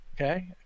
Okay